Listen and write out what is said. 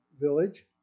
village